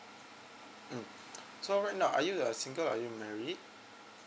mm so right now are you a single or are you married